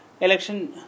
election